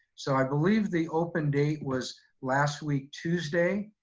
so i believe the open date was last week, tuesday.